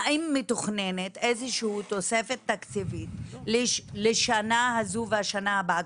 האם מתוכננת איזושהי תוספת תקציבית לשנה הזו והשנה הבאה,